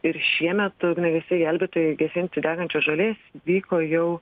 ir šiemet ugniagesiai gelbėtojai gesinti degančios žolės vyko jau